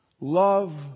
love